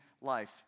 life